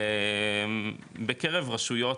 בקרב רשויות,